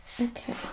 Okay